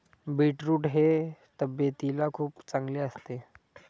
beetroot हे तब्येतीला खूप चांगले असते